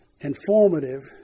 informative